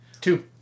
Two